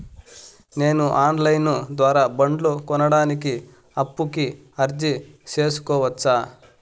నేను online ద్వారా బండ్లు కొనడానికి అప్పుకి అర్జీ సేసుకోవచ్చా?